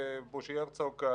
יצחק הרצוג,